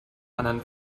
anderen